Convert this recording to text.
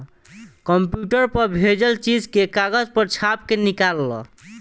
computer पर भेजल चीज के कागज पर छाप के निकाल ल